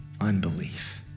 unbelief